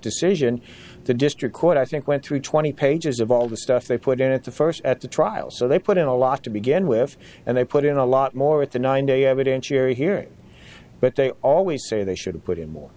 decision the district court i think went through twenty pages of all the stuff they put in at the first at the trial so they put in a lot to begin with and they put in a lot more at the nine day evidentiary hearing but they always say they should have put in more